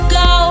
go